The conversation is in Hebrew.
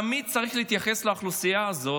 תמיד צריך להתייחס לאוכלוסייה הזו